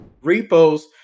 Repos